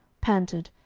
panted,